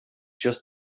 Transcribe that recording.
just